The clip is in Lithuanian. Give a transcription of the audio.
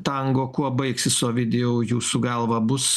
tango kuo baigsis ovidijau jūsų galva bus